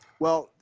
well,